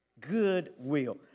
Goodwill